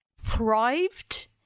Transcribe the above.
thrived